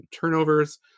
turnovers